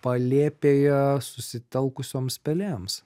palėpėje susitelkusios pelėms